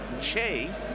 Che